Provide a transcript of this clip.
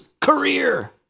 Career